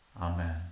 Amen